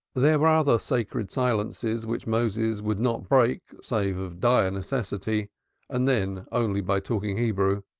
there were other sacred silences which moses would not break save of dire necessity and then only by talking hebrew